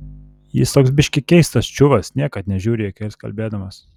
jis toks biškį keistas čiuvas niekad nežiūri į akis kalbėdamas